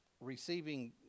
Receiving